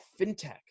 fintech